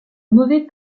mauvais